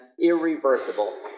irreversible